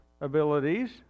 abilities